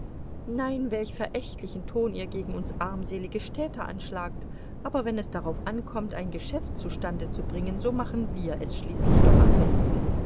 nein welch verächtlichen ton ihr gegen uns armselige städter anschlagt aber wenn es darauf ankommt ein geschäft zustande zu bringen so machen wir es schließlich doch am besten